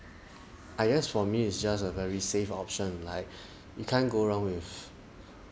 I guess for me it's just a very safe option like you can't go wrong with